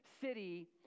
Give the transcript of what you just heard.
city